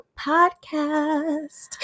podcast